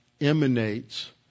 emanates